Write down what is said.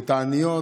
כתעניות,